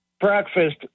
breakfast